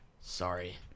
Sorry